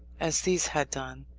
as these had done,